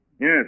Yes